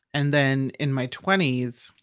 and then in my twenty s,